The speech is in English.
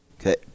Okay